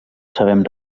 sabem